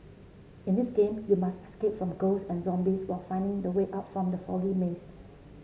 in this game you must escape from ghost and zombies while finding the way out from the foggy mazed